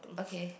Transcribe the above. okay